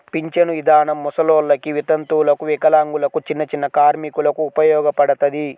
పింఛను ఇదానం ముసలోల్లకి, వితంతువులకు, వికలాంగులకు, చిన్నచిన్న కార్మికులకు ఉపయోగపడతది